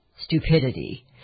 stupidity